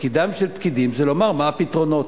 תפקידם של פקידים זה לומר מה הפתרונות.